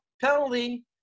penalty